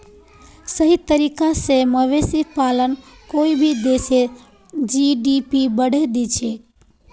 सही तरीका स मवेशी पालन कोई भी देशेर जी.डी.पी बढ़ैं दिछेक